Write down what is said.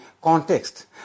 context